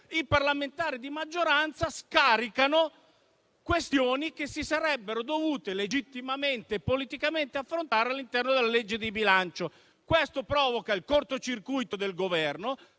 i parlamentari di maggioranza scarichino questioni che si sarebbero dovute legittimamente e politicamente affrontare all'interno della legge di bilancio. Questo provoca il cortocircuito del Governo,